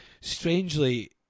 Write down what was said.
strangely